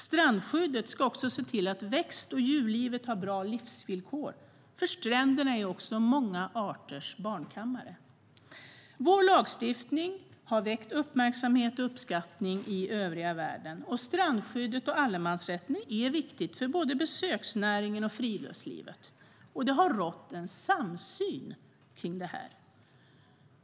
Strandskyddet ska också se till att växt och djurlivet har bra livsvillkor, för stränderna är också många arters barnkammare. Vår lagstiftning har väckt uppmärksamhet och uppskattning i övriga världen. Strandskyddet och allemansrätten är viktiga för både besöksnäringen och friluftslivet. Det har rått en samsyn kring detta.